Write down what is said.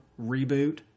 reboot